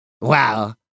Wow